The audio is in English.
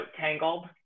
Tangled